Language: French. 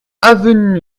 avenue